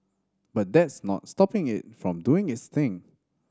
but that's not stopping it from doing its thing